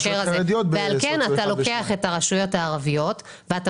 לכן אתה לוקח את הרשויות הערביות ואתה